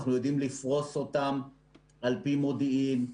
אנחנו יודעים לפרוס אותם על פי מודיעין.